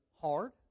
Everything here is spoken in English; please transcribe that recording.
hard